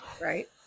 right